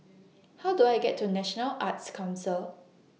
How Do I get to National Arts Council